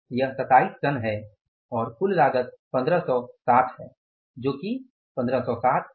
यह 27 टन है और कुल लागत 1560 है जो कि 1560 है